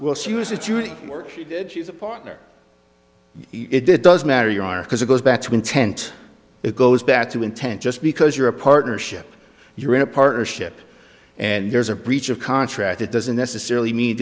well she was it doing work she did she's a partner it did does matter you are because it goes back to intent it goes back to intent just because you're a partnership you're in a partnership and there's a breach of contract that doesn't necessarily mean